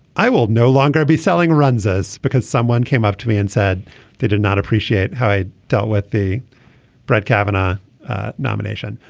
i will no longer be selling runs us because someone came up to me and said they did not appreciate how i dealt with the brett kavanaugh nomination.